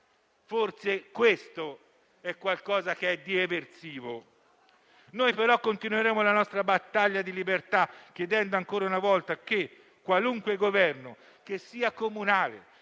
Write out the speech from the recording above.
Forse questo è qualcosa di eversivo. Noi però continueremo la nostra battaglia di libertà, chiedendo ancora una volta che qualunque Governo (comunale,